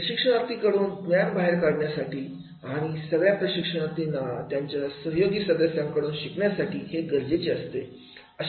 प्रशिक्षणार्थी कडून ज्ञान बाहेर काढण्यासाठी आणि आणि सगळ्या प्रशिक्षणार्थींना त्यांच्या सहयोगी सदस्यांकडून शिकण्यासाठी हे गरजेचे असते